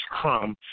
Crumb